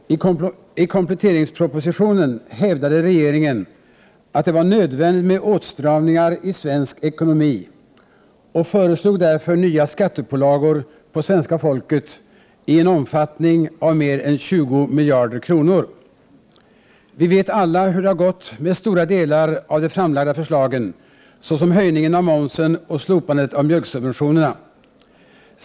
Herr talman! I kompletteringspropositionen hävdade regeringen att det var nödvändigt med åtstramningar i svensk ekonomi och föreslog därför nya skattepålagor på svenska folket i en omfattning av mer än 20 miljarder kronor. Vi vet alla hur det har gått med stora delar av de framlagda förslagen såsom höjningen av momsen och slopandet av mjölksubventionerna.